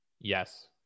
Yes